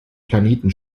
planeten